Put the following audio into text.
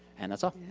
and that's all.